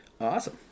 Awesome